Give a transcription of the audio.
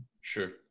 sure